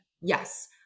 Yes